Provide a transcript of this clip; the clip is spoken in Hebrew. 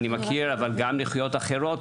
אבל גם נכויות אחרות,